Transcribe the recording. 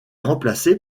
remplacé